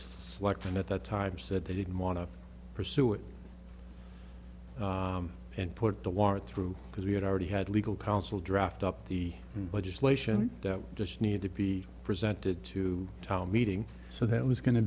and at that time said they didn't want to pursue it and put the war through because we had already had legal counsel draft up the legislation that we just need to be presented to town meeting so that was going to